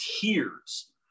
tears